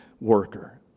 worker